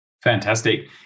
Fantastic